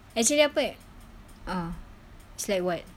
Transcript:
actually apa ah it's like [what]